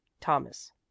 thomas